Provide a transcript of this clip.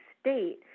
state